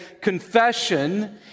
confession